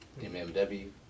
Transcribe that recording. Mmw